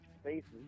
Spaces